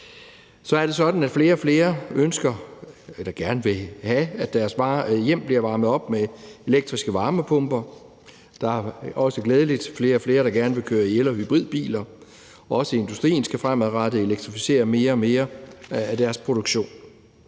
Så er det sådan, at flere og flere ønsker eller gerne vil have, at deres hjem bliver varmet op med elektriske varmepumper, og der er også glædeligt flere og flere, der gerne vil køre i elbiler og hybridbiler, og også industrien skal fremadrettet elektrificere mere og mere af deres produktion.